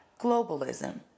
globalism